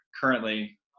currently